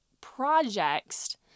projects